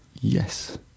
Yes